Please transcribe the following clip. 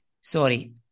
Sorry